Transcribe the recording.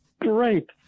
great